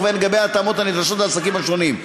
והן לגבי ההתאמות הנדרשות לעסקים השונים.